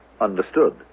Understood